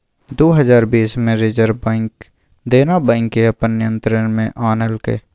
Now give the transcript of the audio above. दु हजार बीस मे रिजर्ब बैंक देना बैंक केँ अपन नियंत्रण मे आनलकै